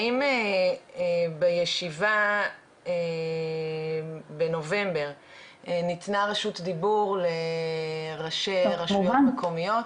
האם בישיבה בנובמבר ניתנה רשות דיבור לראשי רשויות מקומיות?